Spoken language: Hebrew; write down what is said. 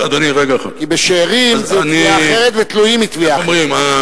כי בשאירים זה תביעה אחרת ותלויים זה תביעה אחרת.